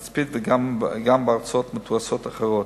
נצפית גם בארצות מתועשות אחרות.